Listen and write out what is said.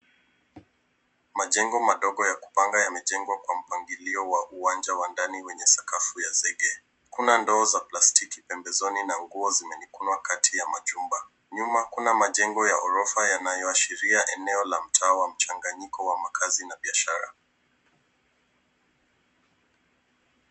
Majengo madogo ya kupanga yamejengwa kwa mpangilio wa uwanja wa ndani wenye sakafu ya zege. Kuna ndoo za plastiki pembezoni na nguo zimeanikwa kati ya majumba. Nyuma kuna majengo ya ghorofa yanayoashiria eneo la mtaa wa mchanganyiko wa kazi na biashara.